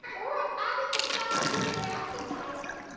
or abby could stop doing her exercises.